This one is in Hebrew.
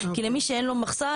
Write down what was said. כי למי שאין לו מחסן,